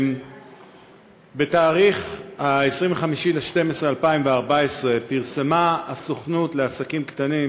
בתאריך 25 בדצמבר 2014 פרסמה הסוכנות לעסקים קטנים